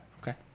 Okay